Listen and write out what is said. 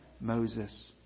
Moses